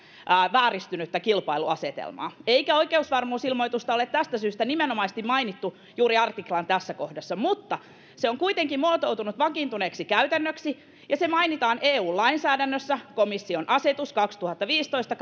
vääristynyttä kilpailuasetelmaa eikä oikeusvarmuusilmoitusta ole tästä syystä nimenomaisesti mainittu juuri artiklan tässä kohdassa mutta se on kuitenkin muotoutunut vakiintuneeksi käytännöksi ja se mainitaan eu lainsäädännössä komission asetus kaksituhattaviisitoista